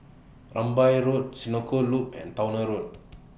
Rambai Road Senoko Loop and Towner Road